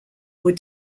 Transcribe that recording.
were